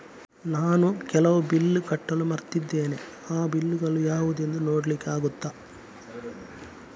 ನಾನು ಕೆಲವು ಬಿಲ್ ಕಟ್ಟಲು ಮರ್ತಿದ್ದೇನೆ, ಆ ಬಿಲ್ಲುಗಳು ಯಾವುದೆಂದು ನೋಡ್ಲಿಕ್ಕೆ ಆಗುತ್ತಾ?